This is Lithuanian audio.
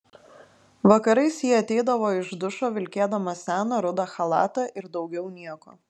vakarais ji ateidavo iš dušo vilkėdama seną rudą chalatą ir daugiau nieko